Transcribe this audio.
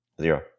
Zero